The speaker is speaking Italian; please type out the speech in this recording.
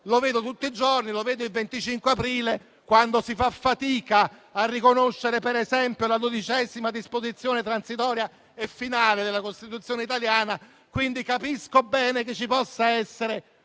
Lo vedo tutti i giorni, lo vedo il 25 aprile, quando si fa fatica a riconoscere, per esempio, la XII disposizione transitoria e finale della Costituzione italiana. Quindi, capisco bene che ci possa essere